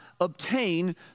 obtain